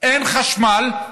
אין חשמל.